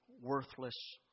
worthless